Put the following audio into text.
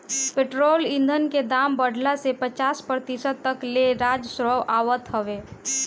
petrol ईधन के दाम बढ़ला से पचास प्रतिशत तक ले राजस्व आवत हवे